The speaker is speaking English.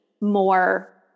more